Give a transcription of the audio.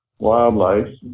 wildlife